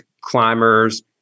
climbers